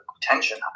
tension